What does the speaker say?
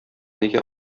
нигә